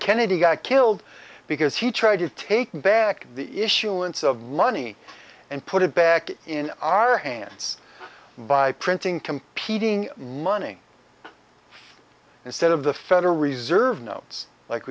kennedy got killed because he tried to take back the issuance of money and put it back in our hands by printing competing money instead of the federal reserve notes like